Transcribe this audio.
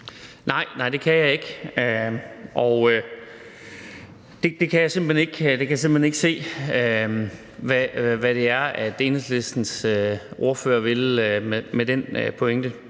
Nej, det kan jeg ikke se. Jeg kan simpelt hen ikke se, hvad Enhedslistens ordfører vil med den pointe.